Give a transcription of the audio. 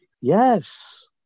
Yes